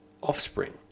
offspring